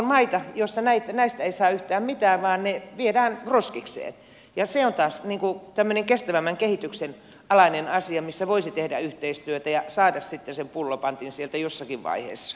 on maita joissa näistä ei saa yhtään mitään vaan ne viedään roskikseen ja se on taas tämmöinen kestävämmän kehityksen alainen asia missä voisi tehdä yhteistyötä niin että saisi sitten sen pullopantin sieltä jossakin vaiheessa yli rajojen